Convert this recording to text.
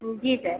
जी sir